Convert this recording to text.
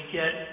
get